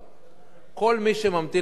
כל מי שממתין לדיור הציבורי,